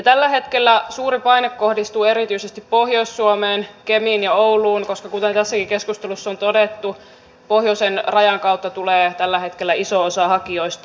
tällä hetkellä suuri paine kohdistuu erityisesti pohjois suomeen kemiin ja ouluun koska kuten tässäkin keskustelussa on todettu pohjoisen rajan kautta tulee tällä hetkellä iso osa hakijoista